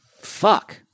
fuck